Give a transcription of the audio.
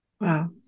Wow